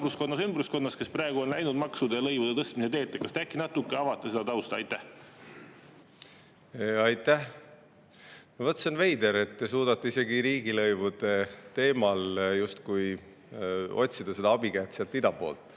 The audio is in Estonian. ümbruskonnas, kes praegu on läinud maksude ja lõivude tõstmise teed. Kas te äkki natuke avate seda tausta? Aitäh! No vot, see on veider, et te suudate isegi riigilõivude teemal justkui otsida abikätt sealt ida poolt.